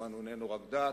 שכמובן הוא איננו רק דת,